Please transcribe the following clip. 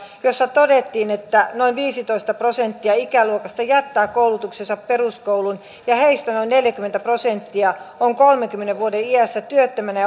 jossa todettiin että noin viisitoista prosenttia ikäluokasta jättää koulutuksensa peruskouluun ja heistä noin neljäkymmentä prosenttia on kolmenkymmenen vuoden iässä työttömänä